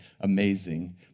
amazing